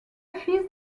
fils